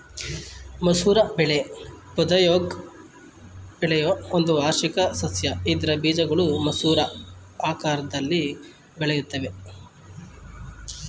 ಮಸೂರ ಬೆಳೆ ಪೊದೆಯಾಗ್ ಬೆಳೆಯೋ ಒಂದು ವಾರ್ಷಿಕ ಸಸ್ಯ ಇದ್ರ ಬೀಜಗಳು ಮಸೂರ ಆಕಾರ್ದಲ್ಲಿ ಬೆಳೆಯುತ್ವೆ